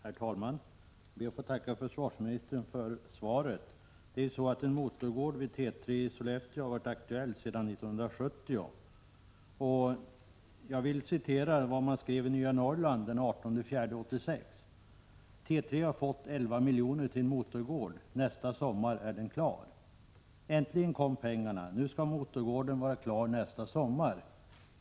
Herr talman! Jag ber att få tacka försvarsministern för svaret. En motorgård vid T 3 i Sollefteå har varit aktuell sedan 1970. Jag vill citera vad man skrev i Nya Norrland den 18 april 1986: ”T 3 har fått 11 miljoner till en motorgård — nästa sommar är den klar. Äntligen kom pengarna, nu skall motorgården vara klar nästa sommar.